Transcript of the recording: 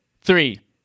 three